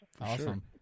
Awesome